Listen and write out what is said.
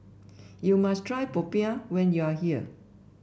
you must try popiah when you are here